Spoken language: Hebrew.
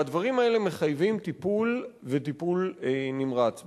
והדברים האלה מחייבים טיפול, וטיפול נמרץ.